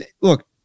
look